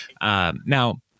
now